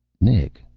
nick,